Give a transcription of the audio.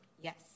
Yes